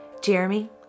Jeremy